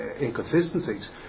inconsistencies